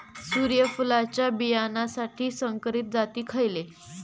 सूर्यफुलाच्या बियानासाठी संकरित जाती खयले?